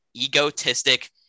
egotistic